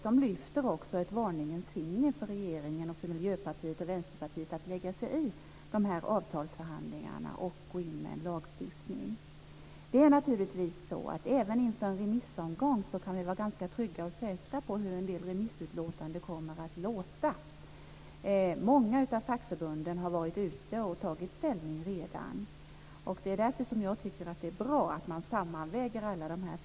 De höjer också ett varningens finger gentemot regeringen, Miljöpartiet och Vänsterpartiet när det gäller att lägga sig i avtalsförhandlingarna och gå in med lagstiftning. Även inför en remissomgång kan vi vara ganska trygga och även säkra på hur en del remissutlåtanden kommer att låta. Många fackförbund har redan varit ute och tagit ställning. Därför tycker jag att det är bra att man sammanväger allt det här.